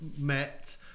met